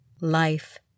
Life